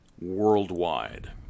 worldwide